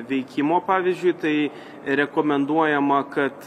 veikimo pavyzdžiui tai rekomenduojama kad